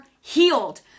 healed